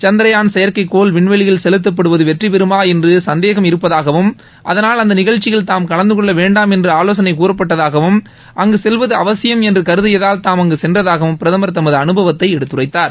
சந்திரயான் செயற்கைக்கோள் விண்வெளியில் செலுத்தப்படுவது வெற்றி பெறுமா என்று சந்தேகம் இருப்பதாகவும் அதனால் அந்த நிகழ்ச்சியில் தாம் கலந்தகொள்ள வேண்டாம் என்று ஆலோசனை கூறப்பட்டதாகவும் அங்கு செல்வது அவசியம் என்று கருதியதால் தாம் அங்கு சென்றதாகவும் பிரதமர் தமது அனுபவத்தை எடுத்துரைத்தார்